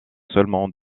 seulement